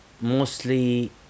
mostly